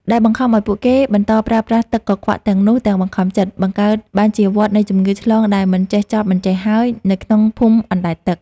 ដែលបង្ខំឱ្យពួកគេបន្តប្រើប្រាស់ទឹកកខ្វក់ទាំងនោះទាំងបង្ខំចិត្ត បង្កើតបានជាវដ្តនៃជំងឺឆ្លងដែលមិនចេះចប់មិនចេះហើយនៅក្នុងភូមិអណ្តែតទឹក។